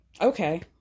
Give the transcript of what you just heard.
okay